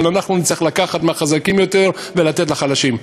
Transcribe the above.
אבל אנחנו נצטרך לקחת מהחזקים יותר ולתת לחלשים.